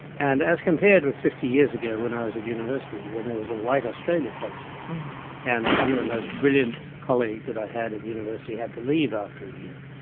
and as compared with fifty years ago when i was at university, when there was a white australia policy and some of the most brilliant colleagues that i had at university had to leave after a year,